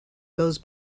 goes